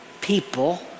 people